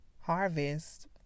Harvest